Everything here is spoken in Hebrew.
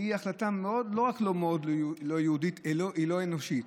היא החלטה לא רק מאוד לא יהודית, אלא לא אנושית.